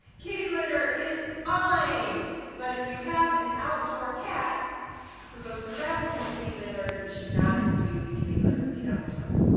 kittie later is fine but if you have an outdoor cat who goes to the bathroom in the kitty litter you should not do the kitty litter cleanup yourself.